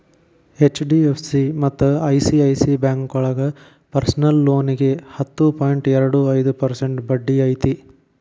HDFC ಮತ್ತ ICICI ಬ್ಯಾಂಕೋಳಗ personal ಲೋನಿಗಿ ಹತ್ತು ಪಾಯಿಂಟ್ ಎರಡು ಐದು ಪರ್ಸೆಂಟ್ ಬಡ್ಡಿ ಐತಿ